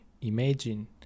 imagine